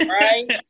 Right